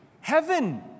heaven